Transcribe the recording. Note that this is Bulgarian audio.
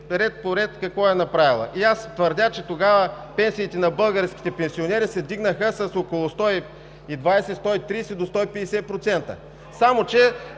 ред по ред какво е направила. И аз твърдя, че тогава пенсиите на българските пенсионери се вдигнаха с около 120 – 130, до 150%. (Шум и